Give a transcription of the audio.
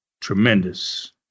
tremendous